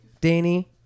Danny